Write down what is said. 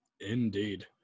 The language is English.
indeed